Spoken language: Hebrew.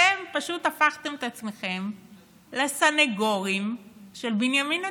אתם פשוט הפכתם את עצמכם לסנגורים של בנימין נתניהו.